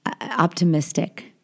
optimistic